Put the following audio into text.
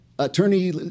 Attorney